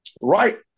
Right